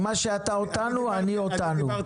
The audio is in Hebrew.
עם מה שאתה אותנו אני אותנו.